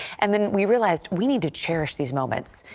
and then we realized we need to cherish these moments.